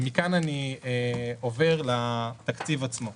מכאן אני עובר לתקציב עצמו.